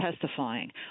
testifying